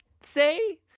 say